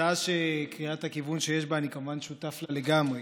הצעה שלקריאת הכיוון שיש בה אני כמובן שותף לגמרי.